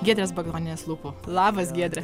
giedrės bagdonienės lūpų labas giedre